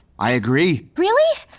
i agree! really?